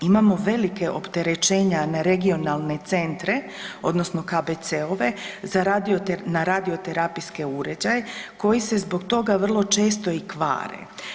Imamo velike opterećenja na regionalne centre odnosno KBC-ove na radioterapijske uređaje koji se zbog toga vrlo često i kvare.